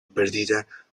perdida